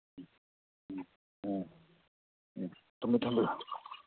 ꯎꯝ ꯎꯝ ꯑꯣ ꯊꯝꯕꯤꯔꯣ ꯊꯝꯕꯤꯔꯣ